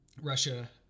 russia